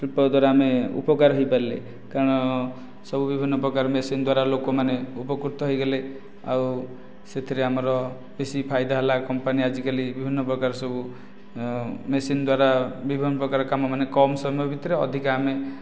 ଶିଳ୍ପ ଦ୍ୱାରା ଆମେ ଉପକାର ହୋଇପାରିଲେ କାରଣ ସବୁ ବିଭିନ୍ନ ପ୍ରକାର ମେସିନଦ୍ୱାରା ଲୋକମାନେ ଉପକୃତ ହୋଇଗଲେ ଆଉ ସେଥିରେ ଆମର ବେଶି ଫାଇଦା ହେଲା କମ୍ପାନୀ ଆଜିକାଲି ବିଭିନ୍ନ ପ୍ରକାର ସବୁ ମେସିନଦ୍ୱାରା ବିଭିନ୍ନ ପ୍ରକାର କାମ ମାନେ କମ ସମୟ ଭିତରେ ଅଧିକ ଆମେ